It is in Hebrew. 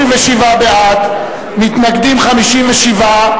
בעד, 37, מתנגדים, 57,